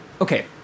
okay